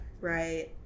Right